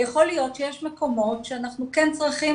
יכול להיות שיש מקומות שאנחנו כן צריכים